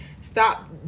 Stop